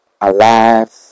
Alive